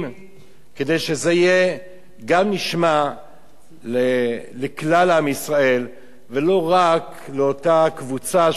גם משמע לכלל עם ישראל ולא רק לאותה קבוצה שאולי משתייכת לבידור,